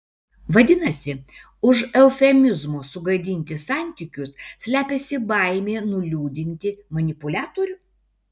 vadinasi už eufemizmo sugadinti santykius slepiasi baimė nuliūdinti manipuliatorių